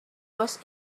was